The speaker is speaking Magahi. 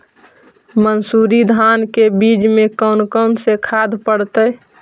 मंसूरी धान के बीज में कौन कौन से खाद पड़तै?